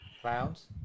Clowns